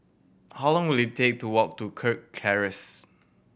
how long will it take to walk to Kirk Terrace